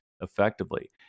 effectively